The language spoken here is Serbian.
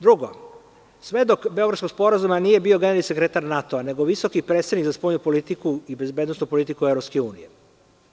Drugo, svedok Beogradskog sporazuma nije bio generalni sekretar NATO-a, nego visoki predstavnik za spoljnu politiku i bezbednosnu politiku Evropske unije.